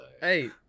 Hey